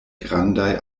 grandaj